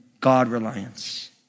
God-reliance